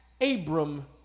Abram